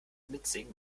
mitsingen